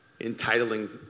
entitling